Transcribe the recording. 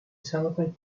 celebrate